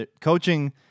Coaching